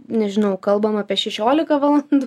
nežinau kalbam apie šešioliką valandų